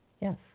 Yes